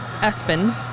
Espen